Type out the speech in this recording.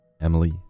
Emily